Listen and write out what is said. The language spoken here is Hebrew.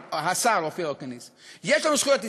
השר אופיר אקוניס: יש לנו זכויות היסטוריות.